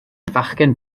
fachgen